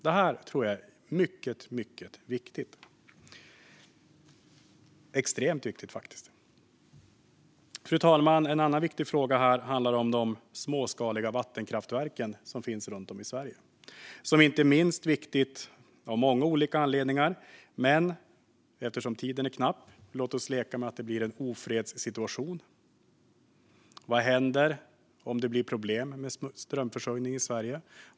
Detta tror jag är mycket viktigt - faktiskt extremt viktigt. Fru talman! En annan viktig fråga här handlar om de småskaliga vattenkraftverken som finns runt om i Sverige. De är viktiga av många olika anledningar. Men låt oss leka med tanken att det blir en ofredssituation. Vad händer om det blir problem med strömförsörjningen i Sverige?